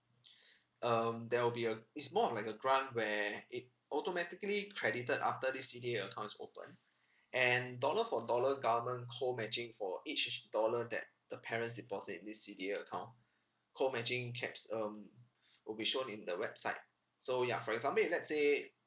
um there will be a it's more of like a grant where it automatically credited after this C_D_A account is opened and dollar for dollar government co matching for each each dollar that the parents deposit in this C_D_A account co matching caps um will be shown in the website so ya for example if let's say